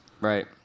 Right